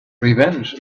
revenge